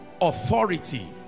authority